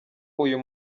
uyu